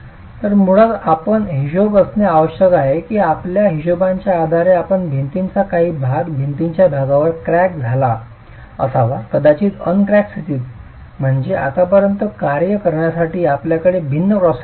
तर मुळात आपणास हिशोब असणे आवश्यक आहे की आपल्या हिशोबांच्या आधारे आपल्या भिंतीचा काही भाग भिंतीच्या भागावर क्रॅक झाला असावा कदाचित अन क्रॅक स्थितीत म्हणजे आतापर्यंत कार्य करण्यासाठी आपल्याकडे भिन्न क्रॉस सेक्शन आहेत